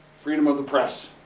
freedom of the press.